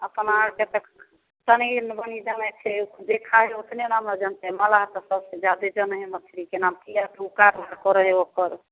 अपना आओरके तऽ पनीर वनीर जामे छै ओ जे खाइ हइ ओइसने नाम ने जानतै मलाह तऽ सबसँ ज्यादा जानै हइ मछरीके नाम किएक तऽ ओ काज करै हइ ओकर